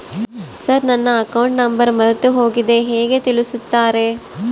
Sir ನನ್ನ account number ಮರೆತುಹೋಗಿದೆ ಹೇಗೆ ತಿಳಿಸುತ್ತಾರೆ?